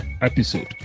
episode